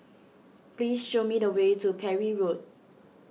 please show me the way to Parry Road